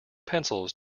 pencils